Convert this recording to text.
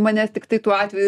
mane tiktai tuo atveju